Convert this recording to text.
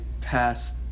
past